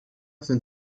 sind